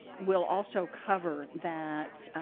will also cover that